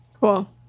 Cool